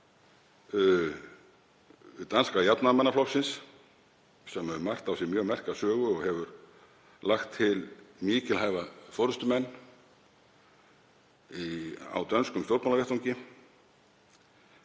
danska jafnaðarmannaflokksins sem um margt á sér mjög merka sögu og hefur lagt til mikilhæfa forystumenn á dönskum stjórnmálavettvangi.